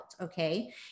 okay